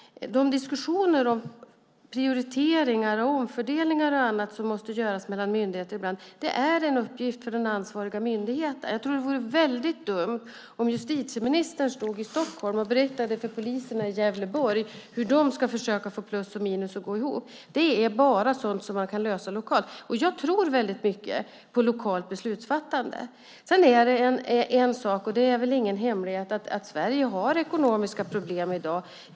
Prioriteringar, omfördelningar och annat som måste göras mellan myndigheter ibland är en uppgift för den ansvariga myndigheten. Det vore väldigt dumt om justitieministern stod i Stockholm och berättade för poliserna i Gävleborg hur de ska försöka få plus och minus att gå ihop. Det är sådant som man bara kan lösa lokalt. Jag tror väldigt mycket på lokalt beslutsfattande. Sedan är det väl ingen hemlighet att Sverige har ekonomiska problem i dag.